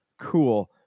Cool